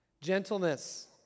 Gentleness